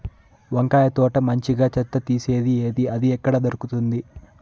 వంకాయ తోట మంచిగా చెత్త తీసేది ఏది? అది ఎక్కడ దొరుకుతుంది?